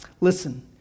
listen